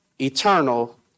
eternal